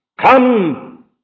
Come